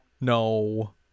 No